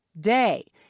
Day